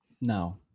No